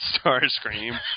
Starscream